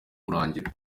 kurangira